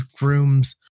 rooms